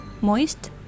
moist